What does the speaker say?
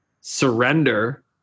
surrender